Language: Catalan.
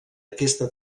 aquesta